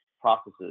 processes